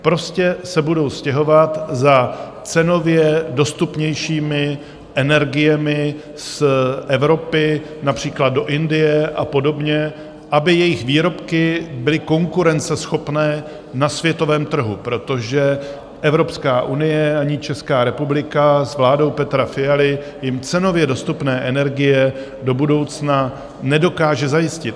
Prostě se budou stěhovat za cenově dostupnějšími energiemi z Evropy, například do Indie a podobně, aby jejich výrobky byly konkurenceschopné na světovém trhu, protože Evropská unie ani Česká republika s vládou Petra Fialy jim cenově dostupné energie do budoucna nedokáže zajistit.